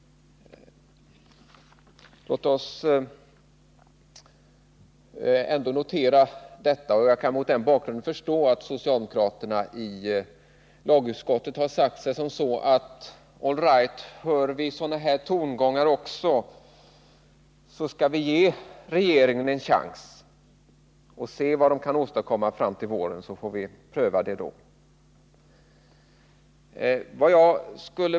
Låt oss notera detta. Jag kan mot denna bakgrund förstå att socialdemokraterna i lagutskottet har sagt sig: All right, hör vi sådana här tongångar skall vi ge regeringen en chans för att se vad den kan åstadkomma till våren, och så får vi pröva propositionen då.